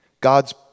God's